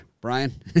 Brian